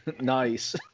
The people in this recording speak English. Nice